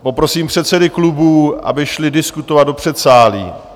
Poprosím předsedy klubů, aby šli diskutovat do předsálí.